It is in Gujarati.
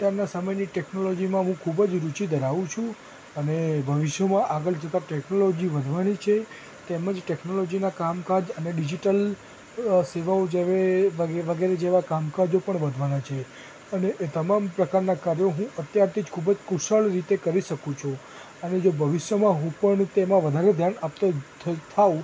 અત્યારના સામાજિક ટૅકનોલોજીમાં હું ખૂબ જ રૂચી ધરાવું છું અને ભવિષ્યમાં આગળ જતાં ટૅકનોલોજી વધવાની છે તેમજ ટૅકનોલોજીનાં કામકાજને ડિજિટલ સેવાઓ જેવા વગેરે જેવાં કામકાજ પણ વધવાનાં છે અને એ તમામ પ્રકારના કર્યો હું અત્યારથી ખૂબ જ કુશળ રીતે કરી શકું છું અને જો ભવિષ્યમાં હું પણ તેમાં વધારે ધ્યાન આપતો થ થાઉં